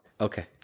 Okay